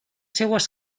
seues